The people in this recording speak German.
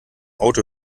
auto